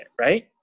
Right